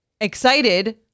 excited